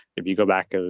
if you go back, ah